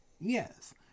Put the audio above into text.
Yes